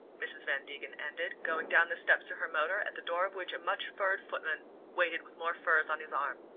mrs. van degen ended, going down the steps to her motor, at the door of which a much-furred footman waited with more furs on his arm.